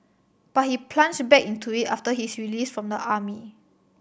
but he plunged back into it after his release from the army